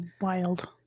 Wild